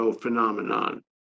phenomenon